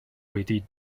wedi